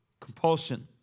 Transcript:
compulsion